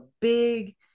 big